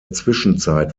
zwischenzeit